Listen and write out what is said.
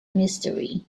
mystery